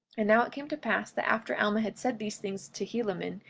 and now it came to pass that after alma had said these things to helaman,